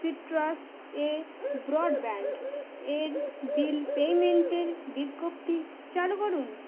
সিট্রাসে ব্রডব্যান্ডের বিল পেমেন্টের বিজ্ঞপ্তি চালু করুন